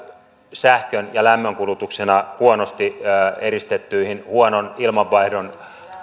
sähkön ja lämmön kulutuksena huonosti eristettyihin huonon ilmanvaihdon